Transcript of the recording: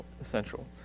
essential